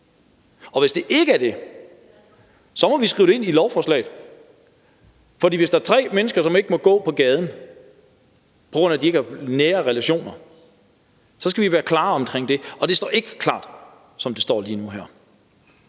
og hvis det ikke er det, så må vi skrive det ind i lovforslaget. For hvis der er tre mennesker, som ikke må gå på gaden, på grund af at de ikke har nære relationer, så skal vi være klare omkring det, og det står ikke klart, som det står lige nu og her.